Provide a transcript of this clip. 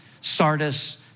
Sardis